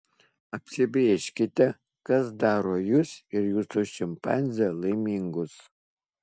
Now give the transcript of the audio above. apsibrėžkite kas daro jus ir jūsų šimpanzę laimingus